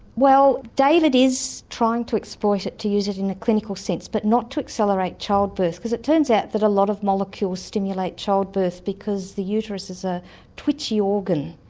david is trying to exploit it to use it in a clinical sense but not to accelerate childbirth because it turns out that a lot of molecules stimulate childbirth because the uterus is a twitchy organ.